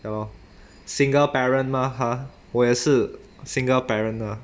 ya lor single parent mah !huh! 我也是 single parent lah